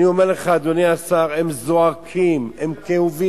אני אומר לך, אדוני השר, הם זועקים, הם כאובים.